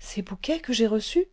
ces bouquets que j'ai reçus